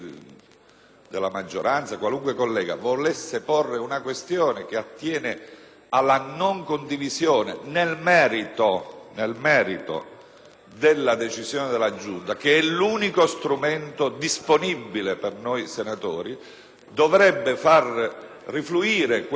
della maggioranza volessero porre una questione che attiene alla non condivisione nel merito della decisione della Giunta, (che è l'unico strumento disponibile per noi senatori), dovrebbero far rifluire questa tesi